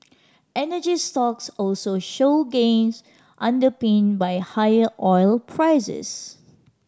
energy stocks also showed gains underpinned by higher oil prices